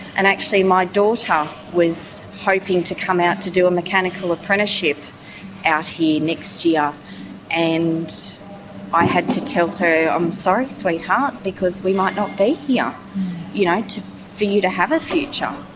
and actually my daughter was hoping to come out to do a mechanical apprenticeship out here next year and i had to tell her, i'm sorry, sweetheart, because we might not be yeah you know here for you to have a future.